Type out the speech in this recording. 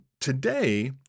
today